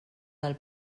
del